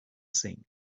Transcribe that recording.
thing